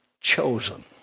chosen